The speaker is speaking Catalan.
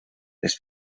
les